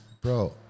Bro